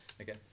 okay